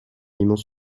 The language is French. immense